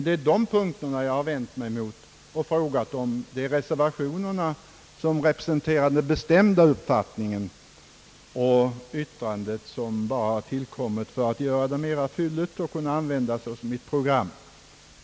Det är dessa punkter jag har vänt mig mot och frågat om det är reservationerna som representerar den bestämda uppfattningen, medan det särskilda yttrandet har tillkommit bara för att göra det hela litet fylligare och för att kunna användas som ett program.